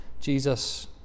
Jesus